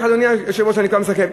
אדוני היושב-ראש, אני כבר מסכם.